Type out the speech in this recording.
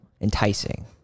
enticing